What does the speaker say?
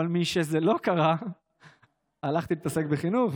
אבל מכיוון שזה לא קרה הלכתי להתעסק בחינוך,